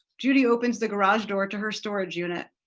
judy opens the garage door to her storage unit,